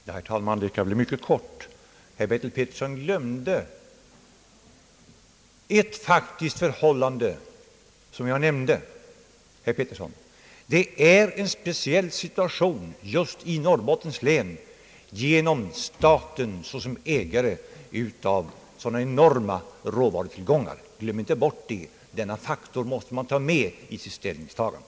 Herr talman! Jag skall fatta mig mycket kort. Herr Bertil Petersson glömde ett faktiskt förhållande som jag nämnde, nämligen att det i Norrbottens län är en speciell situation genom att staten där är ägare av sådana enorma råvarutillgångar. Glöm inte bort det! Detta faktum måste man ta med i sitt ställningstagande.